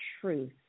truth